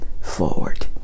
forward